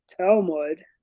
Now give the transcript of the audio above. Talmud